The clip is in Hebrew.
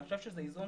אני חושב שזה איזון